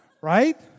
Right